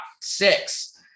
six